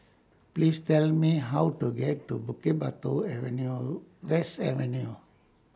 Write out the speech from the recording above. Please Tell Me How to get to Bukit Batok Avenue West Avenue